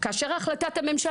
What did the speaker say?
ואם נגיד שהממשלה